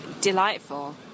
delightful